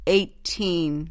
Eighteen